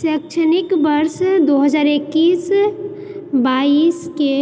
शैक्षणिक वर्ष दो हजार एकईस बाइस के